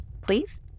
please